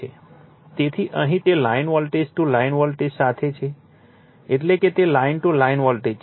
તેથી અહીં તે line voltage to line voltage સાથે છે એટલે કે તે લાઈન ટુ લાઇન વોલ્ટેજ છે